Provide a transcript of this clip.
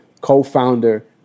co-founder